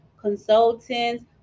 consultants